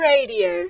Radio